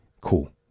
cool